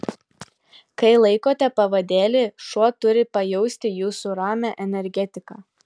kai laikote pavadėlį šuo turi pajausti jūsų ramią energetiką